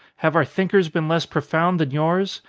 have our thinkers been less profound than yours?